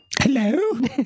Hello